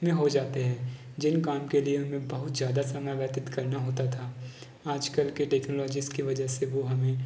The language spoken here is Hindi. में हो जाते हैं जिन काम के लिए हमें बहुत ज़्यादा समय व्यतीत करना होता था आजकल के टेक्नोलॉजीज़ के वजह से वह हमें